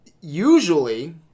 Usually